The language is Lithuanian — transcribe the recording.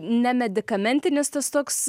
nemedikamentinis tas toks